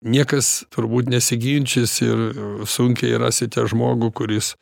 niekas turbūt nesiginčys ir sunkiai rasite žmogų kuris